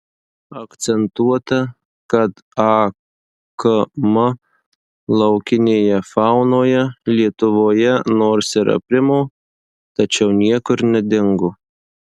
akcentuota kad akm laukinėje faunoje lietuvoje nors ir aprimo tačiau niekur nedingo